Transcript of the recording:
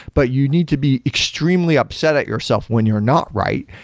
but you need to be extremely upset at yourself when you're not right,